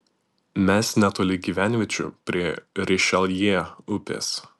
mes netoli gyvenviečių prie rišeljė upės